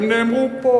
הן נאמרו פה,